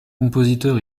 compositeur